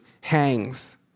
hangs